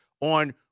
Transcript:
on